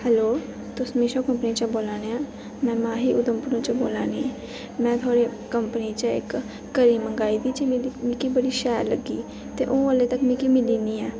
hello तुस Meesho company चा बोलै ने मैं माही उधमपुरै चूं बोलै नी मैं थुआढ़ी कंपनी चा इक घड़ी मंगाई ही जेह्की मिकी बड़ी शैल लग्गी ही ते ओह् ह्ल्ली तक मिकी मिली नि ऐ